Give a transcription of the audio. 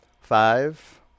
Five